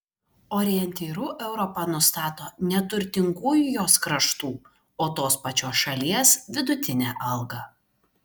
orientyru europa nustato ne turtingųjų jos kraštų o tos pačios šalies vidutinę algą